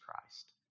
Christ